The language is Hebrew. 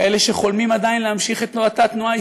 כאלה שחולמים עדיין להמשיך את תנועתה,